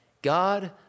God